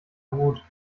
hut